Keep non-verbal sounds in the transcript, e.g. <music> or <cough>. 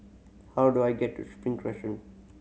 how do I get to Spring <unintelligible>